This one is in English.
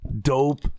Dope